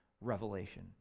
revelation